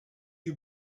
you